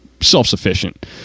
self-sufficient